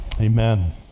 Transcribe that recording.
Amen